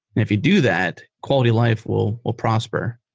if you do that, quality life will will prosper.